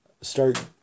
start